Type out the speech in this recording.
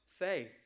faith